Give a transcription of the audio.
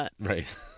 right